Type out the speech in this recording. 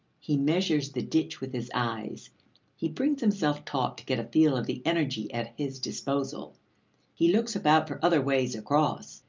he measures the ditch with his eyes he brings himself taut to get a feel of the energy at his disposal he looks about for other ways across,